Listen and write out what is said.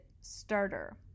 starter